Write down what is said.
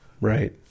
Right